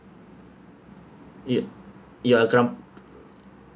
your your